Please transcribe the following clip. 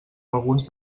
alguns